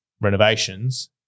renovations